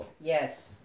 Yes